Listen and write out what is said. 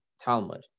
Talmud